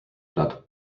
platt